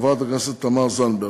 חברת הכנסת תמר זנדברג.